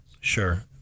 Sure